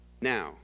Now